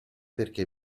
perché